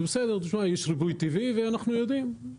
יש ריבוי טבעי, ואנחנו יודעים.